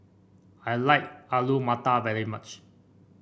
I like Alu Matar very much